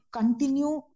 continue